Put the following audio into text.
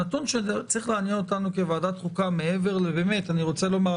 אני רוצה לומר,